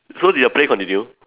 so did your play continue